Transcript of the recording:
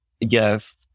Yes